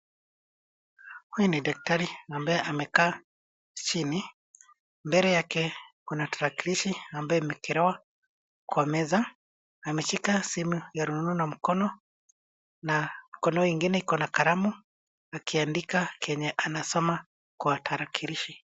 Huyu ni daktari ambaye amekaa chini, mbele yake kuna tarakirishi ambayo imewekelewa kwa meza. Ameshika simu ya rununu na mkono, na mkono mwingine ana kalamu, akiandika kenye anasoma kwa tarakirishi.